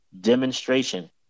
demonstration